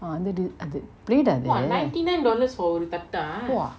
ah அந்த:antha di~ அது:athu plate ah அது:athu !wah!